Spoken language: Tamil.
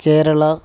கேரளா